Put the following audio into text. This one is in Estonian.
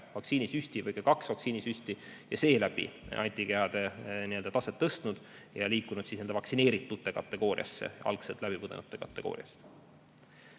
vaktsiinisüsti või kaks vaktsiinisüsti ja seeläbi antikehade taset tõstnud ja liikunud siis vaktsineeritute kategooriasse või algselt läbipõdenute kategooriasse. Väga